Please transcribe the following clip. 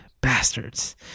Bastards